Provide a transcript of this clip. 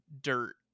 dirt